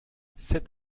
sept